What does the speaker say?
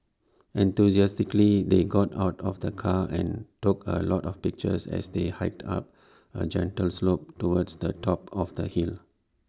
enthusiastically they got out of the car and took A lot of pictures as they hiked up A gentle slope towards the top of the hill